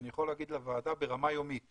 אני יכול להגיד לוועדה, ברמה יום יומית